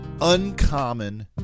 uncommon